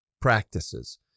practices